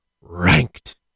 RANKED